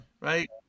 right